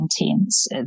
intense